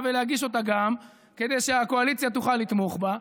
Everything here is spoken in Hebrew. ולהגיש אותה כדי שהקואליציה תוכל לתמוך בה,